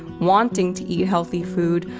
wanting to eat healthy food,